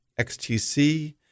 XTC